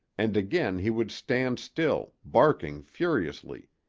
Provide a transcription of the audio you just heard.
and again he would stand still, barking furiously.